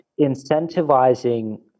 incentivizing